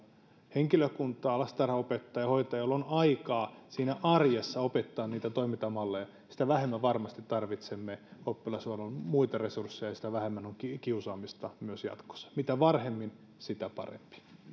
henkilökuntaa lastentarhanopettajia hoitajia joilla on aikaa siinä arjessa opettaa niitä toimintamalleja sitä vähemmän varmasti tarvitsemme oppilashuollon muita resursseja sitä vähemmän on kiusaamista myös jatkossa mitä varhemmin sitä parempi